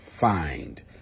find